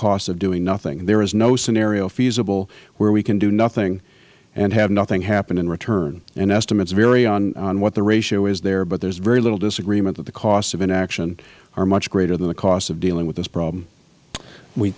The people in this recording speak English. costs of doing nothing there is no scenario feasible where we can do nothing and have nothing happen in return estimates vary on what the ratio is there but there is very very little disagreement that the costs of inaction are much greater than the costs of dealing with this problem